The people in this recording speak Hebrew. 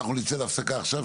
אנחנו נצא להפסקה עכשיו.